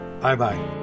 Bye-bye